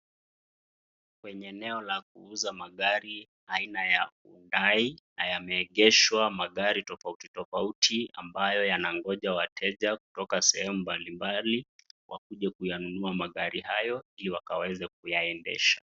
Kwenye eneo la kuuza magari aina ya Hundai na yameegeshwa magari tofauti tofauti ambayo yanangoja wateja kutoka sehemu mbali mbali, wakuje kuyanunua magari hayo ndio wakawese kuyaendesha.